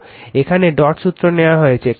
তো এখানে ডট সূত্র নেওয়া হয়েছে